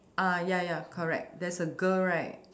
uh ya ya correct there's a girl right